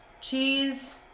cheese